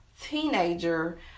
teenager